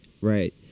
right